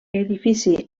edifici